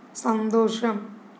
സന്തോഷം